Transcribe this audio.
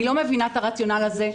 אני לא מבינה את הרציונל הזה.